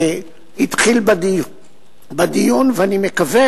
התחיל בדיון, ואני מקווה